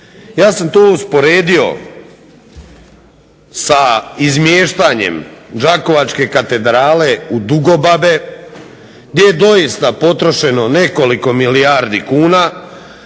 Ja sam to usporedio sa izmiještanjem Đakovačke katedrale u Dugobabe gdje je doista potrošeno nekoliko milijardi kuna